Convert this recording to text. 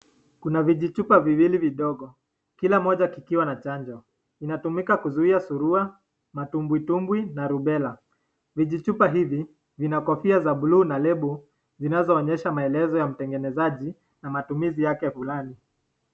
Kuna vijichupa viwili vidogo, kila moja kikiwa na chanjo. Inatumika kuzuia surua, matumbwi tumbwi na rubela. Vijichupa hivi, vina kofia ya buluu na lebo zinazoonyesha maelezo ya mtengenezaji, matumizi yake fulani.